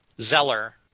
Zeller